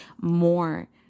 more